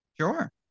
Sure